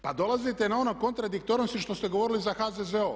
Pa dolazite na one kontradiktornosti što ste govorili za HZZO.